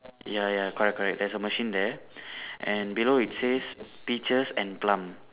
ya ya correct correct there's a machine there and below it says peaches and plum